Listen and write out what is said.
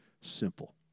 simple